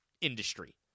industry